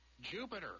Jupiter